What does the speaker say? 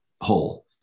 whole